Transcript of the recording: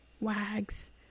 wags